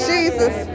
Jesus